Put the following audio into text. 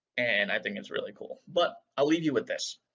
and, i think it's really cool. but, i'll leave you with this.